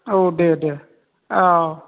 औ दे दे औ